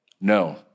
no